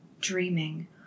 dreaming